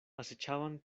acechaban